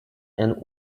and